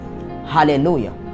Hallelujah